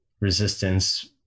resistance